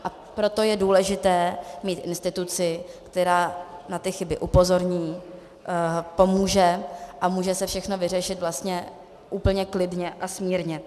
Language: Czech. A proto je důležité mít instituci, která na ty chyby upozorní, pomůže a může se všechno vyřešit vlastně klidně a smírně.